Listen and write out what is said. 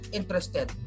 interested